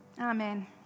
Amen